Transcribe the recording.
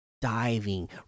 diving